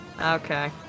Okay